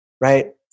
right